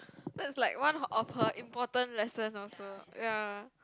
that's like one of her important lesson also ya